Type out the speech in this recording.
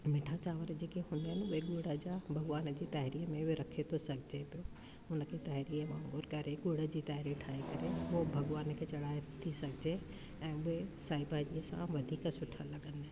मिठा चांवर जेके हुएनि भई हूअ भॻवान जे ताईरी में बि रखे थो सघे पियो हुनखे ताईरीअ वांगुर गुड़ जी ताईरी ठाहे करे उहो भॻवान खे चढ़ाए थी सघिजे ऐं उहे बि साई भाॼीअ सां वधीक सुठा लॻंद आहिनि